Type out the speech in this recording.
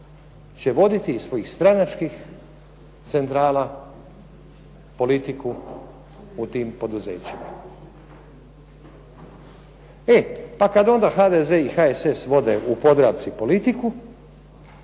će voditi iz svojih stranačkih centrala politiku u tim poduzećima. E pa kad onda HDZ i HSS vode u Podravci politiku,